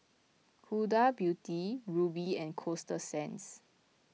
Huda Beauty Rubi and Coasta Sands